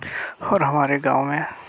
और हमारे गाँव में